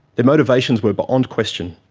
their motivations were beyond question,